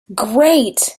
great